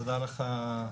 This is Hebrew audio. תודה לך,